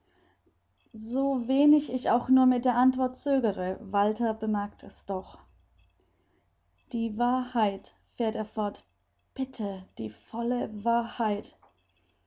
so wenig ich auch nur mit der antwort zögere walter bemerkt es doch die wahrheit fährt er fort bitte die volle wahrheit